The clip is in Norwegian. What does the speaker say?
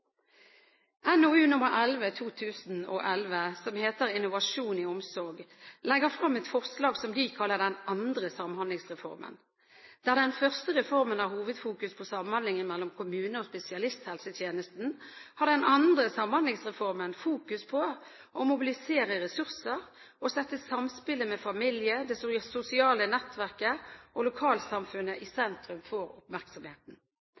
NOU 2011:11, Innovasjon i omsorg, legges det frem et forslag som de kaller Den andre samhandlingsreformen. Der den første reformen har hovedfokus på samhandlingen mellom kommune og spesialisthelsetjenesten, har Den andre samhandlingsreformen fokus på å mobilisere ressurser, og setter samspillet med familien, det sosiale nettverket og lokalsamfunnet i sentrum for oppmerksomheten.